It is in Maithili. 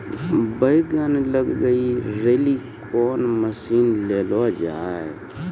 बैंगन लग गई रैली कौन मसीन ले लो जाए?